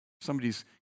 somebody's